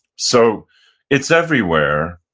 so it's everywhere,